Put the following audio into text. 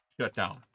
shutdown